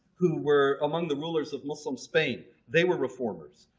who were among the rulers of muslim spain, they were reformers,